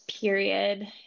period